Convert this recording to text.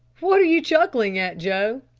what are you chuckling at, joe?